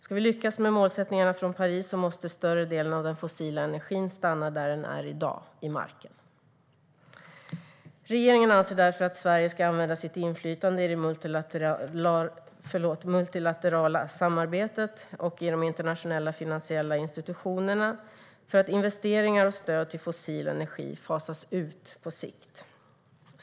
Ska vi lyckas med målsättningarna från Paris måste större delen av den fossila energin stanna där den är i dag - i marken. Regeringen anser därför att Sverige ska använda sitt inflytande i det multilaterala samarbetet och i de internationella finansiella institutionerna för att investeringar och stöd till fossil energi ska fasas ut på sikt.